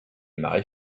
marées